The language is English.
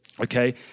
Okay